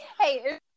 Hey